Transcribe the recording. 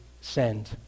send